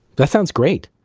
that sounds great.